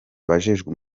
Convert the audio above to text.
abajejwe